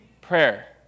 prayer